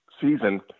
season